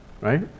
Right